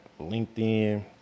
LinkedIn